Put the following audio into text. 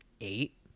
eight